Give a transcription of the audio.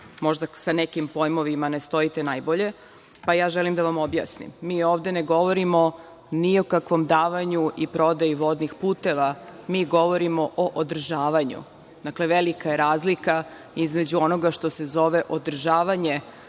možda sa nekim pojmovima ne stojite najbolje, pa ja želim da vam objasnim. Mi ovde ne govorimo niokakvom davanju i prodaji vodnih puteva, mi govorimo o održavanju. Dakle, velika je razlika između onoga što se zove održavanje